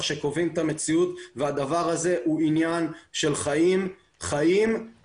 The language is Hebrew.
שקובעים את המציאות והדבר הזה הוא עניין של חיים ומוות.